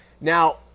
Now